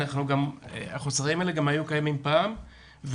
הם היו גם קיימים פעם,